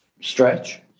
stretch